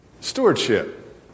Stewardship